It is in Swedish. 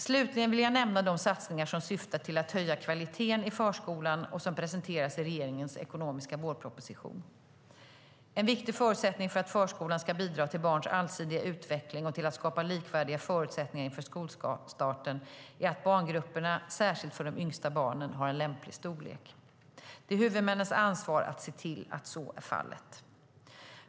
Slutligen vill jag nämna de satsningar som syftar till att höja kvaliteten i förskolan och som presenteras i regeringens ekonomiska vårproposition. En viktig förutsättning för att förskolan ska bidra till barns allsidiga utveckling och till att skapa likvärdiga förutsättningar inför skolstarten är att barngrupperna, särskilt för de yngsta barnen, har en lämplig storlek. Det är huvudmännens ansvar att se till att så är fallet.